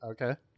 Okay